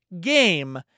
game